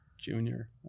Junior